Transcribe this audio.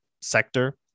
sector